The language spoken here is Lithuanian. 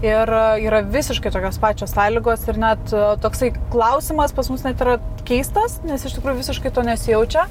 ir yra visiškai tokios pačios sąlygos ir net toksai klausimas pas mus net yra keistas nes iš tikrųjų visiškai to nesijaučia